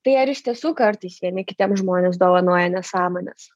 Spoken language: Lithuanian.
tai ar iš tiesų kartais vieni kitiems žmonės dovanoja nesąmones